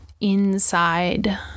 inside